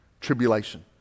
Tribulation